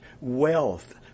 wealth